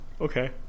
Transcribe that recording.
Okay